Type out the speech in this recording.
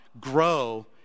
grow